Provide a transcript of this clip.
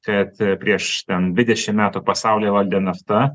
kad prieš ten dvidešimt metų pasaulį valdė nafta